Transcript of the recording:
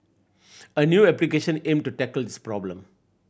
a new application aim to tackle this problem